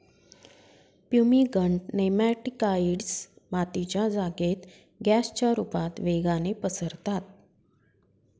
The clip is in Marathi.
फ्युमिगंट नेमॅटिकाइड्स मातीच्या जागेत गॅसच्या रुपता वेगाने पसरतात